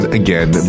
again